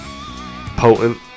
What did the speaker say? potent